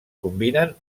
combinen